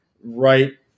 right